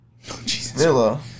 Villa